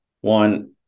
One